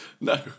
No